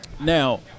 Now